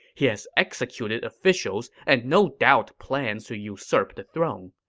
he has executed officials and no doubt plans to usurp the throne.